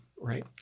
Right